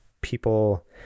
people